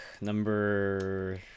number